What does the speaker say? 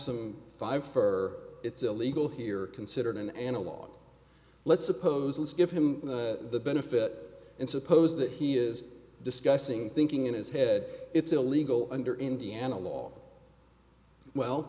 some five for it's illegal here considered an analog let's suppose let's give him the benefit and suppose that he is discussing thinking in his head it's illegal under indiana law well